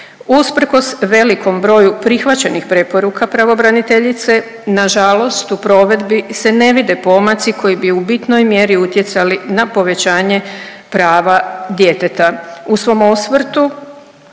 Usprkos velikom broju prihvaćenih preporuka pravobraniteljice na žalost u provedbi se ne vide pomaci koji bi u bitnoj mjeri utjecali na povećanje prava djeteta. U svom osvrtu